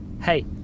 Hey